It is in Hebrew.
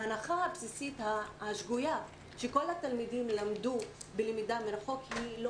ההנחה הבסיסית השגויה שכל התלמידים למדו בלמידה מרחוק היא לא